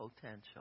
potential